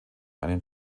einen